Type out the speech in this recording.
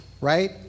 right